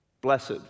blessed